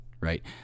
right